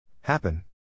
Happen